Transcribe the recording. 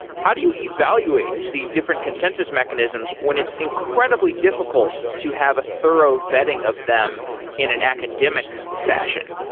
how do you evaluate these different consensus mechanisms when it's incredibly difficult to have a thorough vetting of them in an academic fashion?